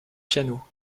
piano